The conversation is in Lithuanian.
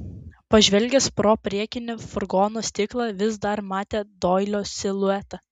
pažvelgęs pro priekinį furgono stiklą vis dar matė doilio siluetą